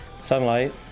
sunlight